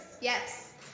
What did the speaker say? yes